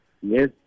yes